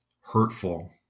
hurtful